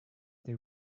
they